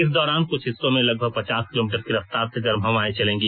इस दौरान कुछ हिस्सों में लगभग पचास किलोमीटर की रफ्तार से गर्म हवाएं चलेंगी